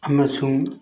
ꯑꯃꯁꯨꯡ